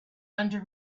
under